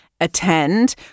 attend